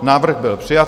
Návrh byl přijat.